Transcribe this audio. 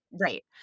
Right